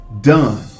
done